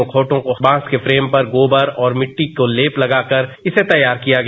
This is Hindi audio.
मुखौटों को बांस के फ्रेम पर गोबर और मिट्टी का लेप लगाकर इसे तैयार किया गया